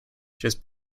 just